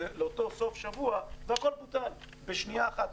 מלאה לאותו סוף שבוע והכול בוטל בשנייה אחת.